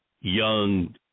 young